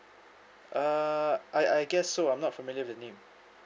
uh I I guess so I'm not familiar with the name